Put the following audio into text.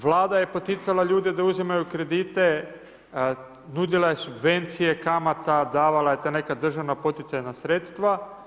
Vlada je poticala ljude da uzimaju kredite, nudila je subvencije kamata, davala je ta neka državna poticajna sredstva.